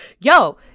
yo